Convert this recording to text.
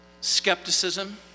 Skepticism